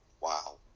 Wow